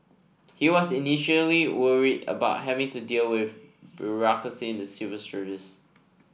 he was initially worried about having to deal with bureaucracy in the civil service